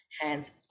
hands